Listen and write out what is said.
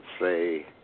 say